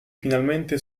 finalmente